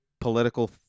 political